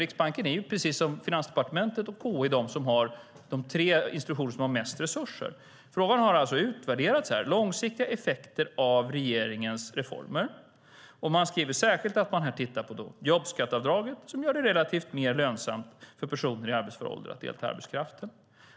Riksbanken, Finansdepartementet och KI är de tre institutioner som har mest resurser. Frågan har alltså utvärderats: långsiktiga effekter av regeringens reformer. Och man skriver att man särskilt har tittat på jobbskatteavdraget, som gör det relativt mer lönsamt för personer i arbetsför ålder att delta i arbetskraften.